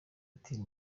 ati